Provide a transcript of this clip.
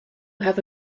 have